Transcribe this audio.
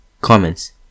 Comments